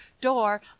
door